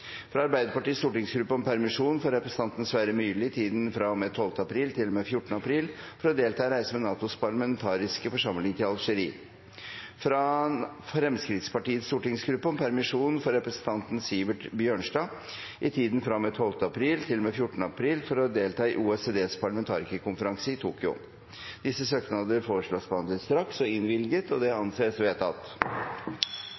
fra Arbeiderpartiets stortingsgruppe om permisjon for representanten Sverre Myrli i tiden fra og med 12. april til og med 14. april for å delta i reise med NATOs parlamentariske forsamling til Algerie fra Fremskrittspartiets stortingsgruppe om permisjon for representanten Sivert Bjørnstad i tiden fra og med 12. april til og med 14. april for å delta i OECDs parlamentarikerkonferanse i Tokyo Disse søknadene foreslås behandlet straks og innvilget. – Det